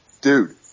dude